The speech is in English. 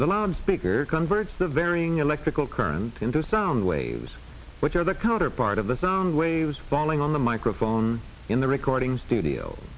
the loud speaker converts the varying electrical current into sound waves which are the counterpart of the sound waves falling on the microphone in the recording studio